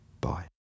Bye